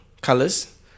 colors